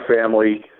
family